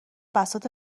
بساط